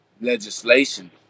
Legislation